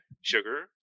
sugar